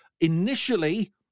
Initially